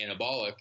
anabolic